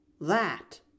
That